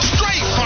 Straight